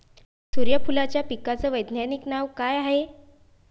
सुर्यफूलाच्या पिकाचं वैज्ञानिक नाव काय हाये?